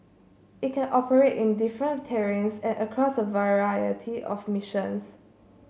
it can operate in different terrains and across a variety of missions